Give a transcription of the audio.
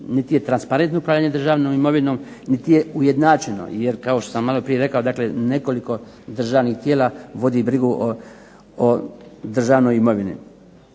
niti je transparentno upravljanje državnom imovinom niti je ujednačeno. Jer kao što sam malo prije rekao nekoliko državnih tijela vodi brigu o državnoj imovini.